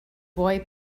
boy